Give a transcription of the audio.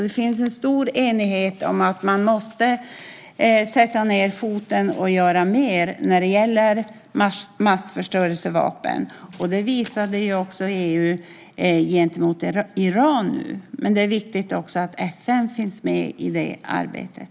Det finns en stor enighet om att man måste sätta ned foten och göra mer när det gäller massförstörelsevapen. Det visade också EU nu gentemot Iran. Men det är också viktigt att FN finns med i det arbetet.